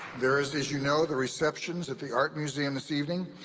there is as you know the receptions at the art museum this evening.